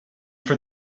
for